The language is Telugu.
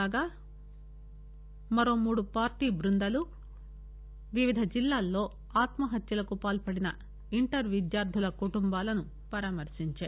కాగా మరో మూడు పార్టీ బృందాలు వివిధ జిల్లాల్లో ఆత్మహత్యలకు పాల్పడిన ఇంటర్ విద్యార్థుల కుటుంబాలను పరామర్శించాయి